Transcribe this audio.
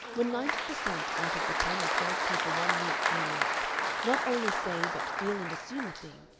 when ninety per cent. out of the ten or twelve people one meets in a month not only say but feel and assume a thing,